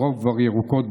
הרוב כבר ירוקות,